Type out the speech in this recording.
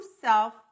self